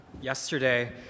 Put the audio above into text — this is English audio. Yesterday